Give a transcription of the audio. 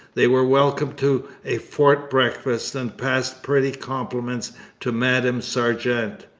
they were welcomed to a fort breakfast and passed pretty compliments to madame sargeant,